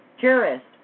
jurist